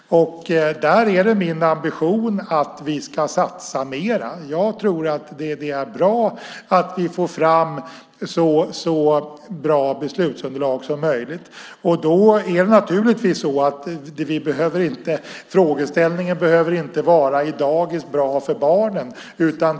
Där är min ambition att vi ska satsa mer. Jag tror att det är bra att vi får fram så bra beslutsunderlag som möjligt. Då behöver frågeställningen inte vara: Är dagis bra för barnen?